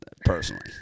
personally